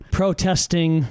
protesting